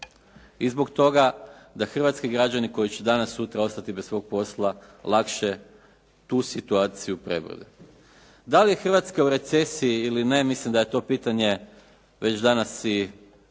i zbog toga da hrvatski građani koji će danas sutra ostati bez svog posla lakše tu situaciju prebrode. Da li je Hrvatska u recesiji ili ne mislim da je to pitanje već danas i svima